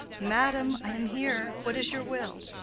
madam, i am here. what is your will?